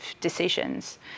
decisions